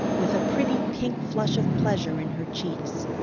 with a pretty pink flush of pleasure in her cheeks.